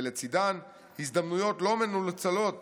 ולצידם הזדמנויות לא מנוצלות